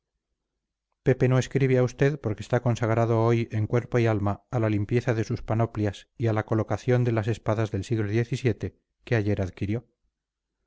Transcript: pepe no escribe a usted porque está consagrado hoy en cuerpo y alma a la limpieza de sus panoplias y a la colocación de las espadas del siglo xvii que ayer adquirió